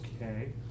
okay